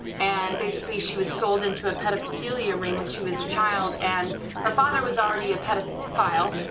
and basically she was sold into a pedophilia ring when she was a child and her father was already a pedophile,